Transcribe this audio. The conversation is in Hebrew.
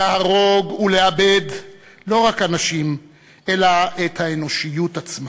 להרוג ולאבד לא רק אנשים אלא את האנושיות עצמה.